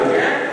אה כן?